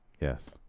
Yes